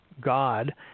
God